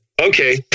Okay